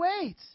wait